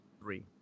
three